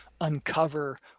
uncover